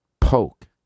poke